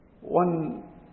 One